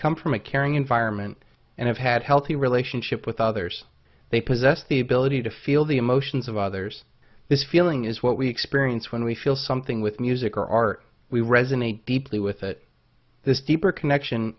come from a caring environment and have had healthy relationship with others they possess the ability to feel the emotions of others this feeling is what we experience when we feel something with music or art we resonate deeply with this deeper connection